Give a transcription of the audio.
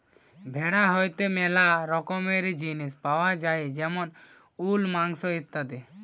ভেড়া হইতে ম্যালা রকমের জিনিস পাওয়া যায়টে যেমন উল, মাংস ইত্যাদি